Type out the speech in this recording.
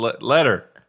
Letter